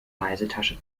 reisetasche